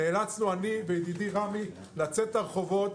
נאלצנו אני וידידי רמי לצאת לרחובות,